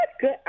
good